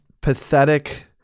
pathetic